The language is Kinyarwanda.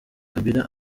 kabila